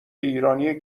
ایرانی